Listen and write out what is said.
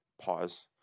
Pause